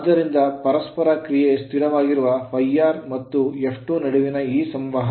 ಆದ್ದರಿಂದ ಪರಸ್ಪರ ಕ್ರಿಯೆ ಸ್ಥಿರವಾಗಿರುವ ∅r ಮತ್ತು F2ನಡುವಿನ ಈ ಸಂವಹನ